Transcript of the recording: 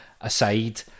aside